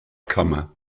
kammer